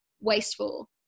wasteful